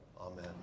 Amen